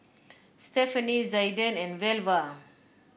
Stephanie Zaiden and Velva